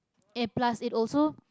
eh plus it also